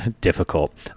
difficult